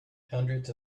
hundreds